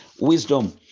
wisdom